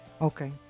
Okay